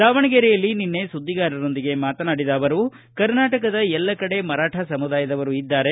ದಾವಣಗೆರೆಯಲ್ಲಿ ನಿನ್ನೆ ಸುದ್ದಿಗಾರರೊಂದಿಗೆ ಮಾತನಾಡಿದ ಅವರು ಕರ್ನಾಟಕದ ಎಲ್ಲ ಕಡೆ ಮರಾಠ ಸಮುದಾಯದವರು ಇದ್ದಾರೆ